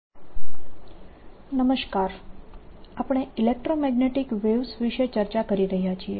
free સ્પેસમાં electromagnetic waves II મેક્સવેલના સમીકરણોથી તરંગ સમીકરણનું ડેરીવેશન આપણે ઇલેક્ટ્રોમેગ્નેટીક વેવ્સ વિશે ચર્ચા કરી રહ્યા છીએ